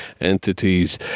entities